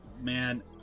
man